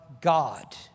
God